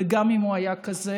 גם אם הוא היה כזה,